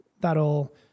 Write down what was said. that'll